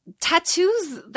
tattoos